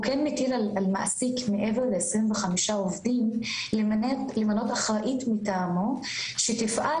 הוא כן מתיר על מעסיק מעבר ל-25 עובדים למנות אחראית מטעמו שתפעל